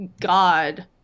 God